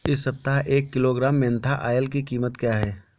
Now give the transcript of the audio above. इस सप्ताह एक किलोग्राम मेन्था ऑइल की कीमत क्या है?